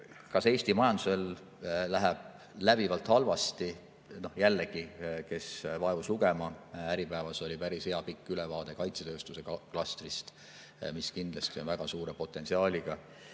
Kas Eesti majandusel läheb läbivalt halvasti? Jällegi, kes vaevub lugema, Äripäevas oli päris hea pikk ülevaade kaitsetööstuse klastrist, mis kindlasti on väga suure potentsiaaliga.